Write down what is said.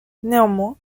néanmoins